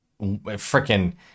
freaking